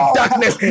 darkness